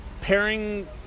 Pairing